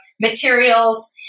materials